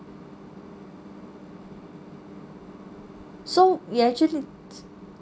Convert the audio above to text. so we actually